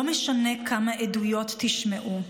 לא משנה כמה עדויות תשמעו,